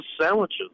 sandwiches